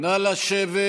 נא לשבת.